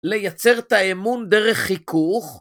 לייצר תאמון דרך חיכוך?